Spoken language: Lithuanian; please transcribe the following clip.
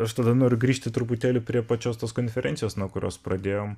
aš tada noriu grįžti truputėlį prie pačios tos konferencijos nuo kurios pradėjom